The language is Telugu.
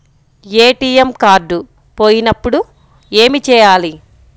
ఏ.టీ.ఎం కార్డు పోయినప్పుడు ఏమి చేయాలి?